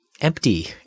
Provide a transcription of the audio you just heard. empty